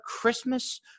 Christmas